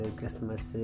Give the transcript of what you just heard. Christmas